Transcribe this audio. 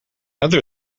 other